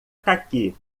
cáqui